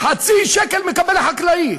חצי שקל מקבל החקלאי.